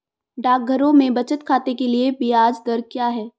डाकघरों में बचत खाते के लिए ब्याज दर क्या है?